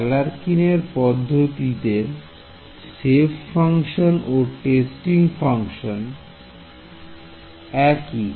Galerkin এর পদ্ধতিতে shape function ও টেস্টিং ফাংশন একি